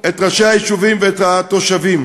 את ראשי היישובים ואת התושבים.